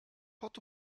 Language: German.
port